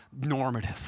normative